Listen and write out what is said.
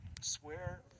swear